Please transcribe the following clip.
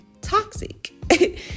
toxic